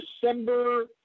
December